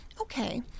okay